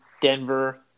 Denver